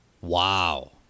Wow